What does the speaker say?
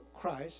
christ